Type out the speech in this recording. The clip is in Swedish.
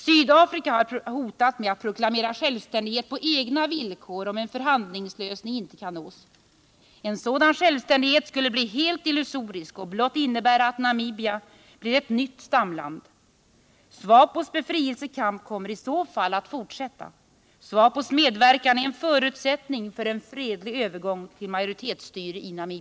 Sydafrika har hotat med att proklamera självständighet på egna villkor om en förhandlingslösning inte kan nås. En sådan självständighet skulle bli helt illusorisk och blott innebära att Namibia blir ett nytt stamland. SWAPO:s befrielsekamp kommer i så fall att fortsätta. SVAPO:s medverkan är en Nr 96 förutsättning för en fredlig övergång till majoritetsstyre i Namibia.